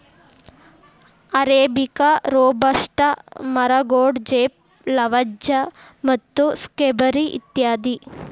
arabica, Robusta, ಮರಗೋಡಜೇಪ್, Lavazza ಮತ್ತು ಸ್ಕೈಬರಿ ಇತ್ಯಾದಿ